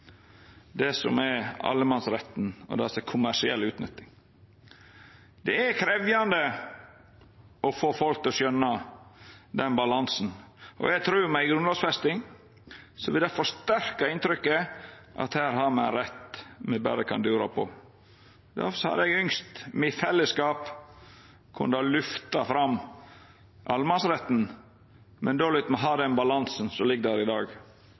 det som er allemannsretten, og det som er kommersiell utnytting. Det er krevjande å få folk til å skjøna den balansen, og eg trur at med ei grunnlovfesting vil ein forsterka det inntrykket: at her har me rett, me kan berre dura på. Derfor har eg ynskt at me i fellesskap kunne lyfta fram allemannsretten, men då lyt me ha den balansen som ligg der i dag.